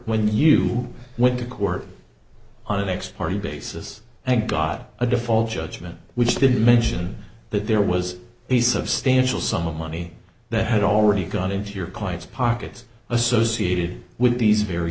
when you went to court on the next party basis thank god a default judgment which did mention that there was a substantial sum of money that had already gone into your client's pockets associated with these very